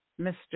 Mr